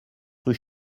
rue